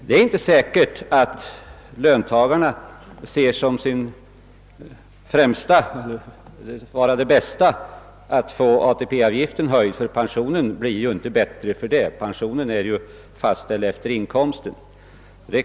Det är inte säkert att löntagarna hellre ser att ATP-avgiften höjes, ty pensionen blir inte bättre för det — den är ju fastställd efter inkomsten.